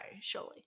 surely